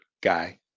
guy